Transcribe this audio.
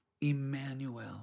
Emmanuel